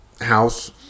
house